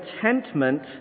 contentment